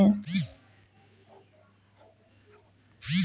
केतारीक उपजा मे ब्राजील, भारत, चीन, थाइलैंड आ पाकिस्तान सनक देश केर बहुत महत्व छै